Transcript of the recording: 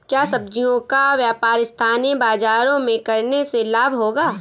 क्या सब्ज़ियों का व्यापार स्थानीय बाज़ारों में करने से लाभ होगा?